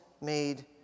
made